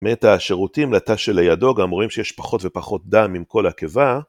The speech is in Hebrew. מתא השירותים לתא שלידו גם רואים שיש פחות ופחות דם עם כל עקבה